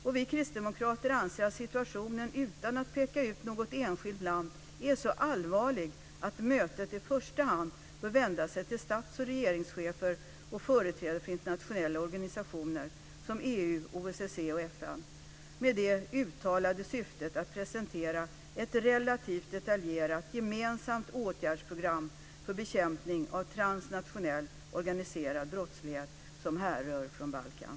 Utan att peka ut något enskilt land anser vi kristdemokrater att situationen är så allvarlig att mötet i första hand bör vända sig till stats och regeringschefer och företrädare för internationella organisationer som EU, OSSE och FN med det uttalade syftet att presentera ett relativt detaljerat gemensamt åtgärdsprogram för bekämpning av transnationell organiserad brottslighet som härrör från Balkan.